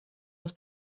los